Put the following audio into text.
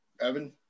Evan